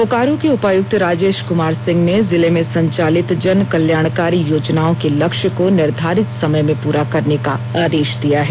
बोकारो के उपायुक्त राजेश कुमार सिंह ने जिले में संचालित जन कल्याणकारी योजनाओं के लक्ष्य को निर्धारित समय में पूरा करने का आदेश दिया है